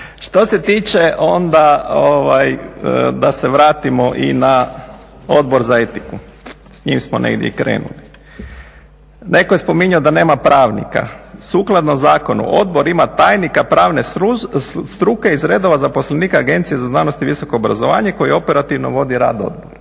Što se tiče onda da se vratimo i na Odbor za etiku, s njim smo negdje i krenuli. Netko je spominjao da nema pravnika. Sukladno zakonu odbor ima tajnika pravne struke iz redova zaposlenika Agencije za znanost i visoko obrazovanje koji operativno vodi rad odbora.